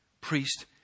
priest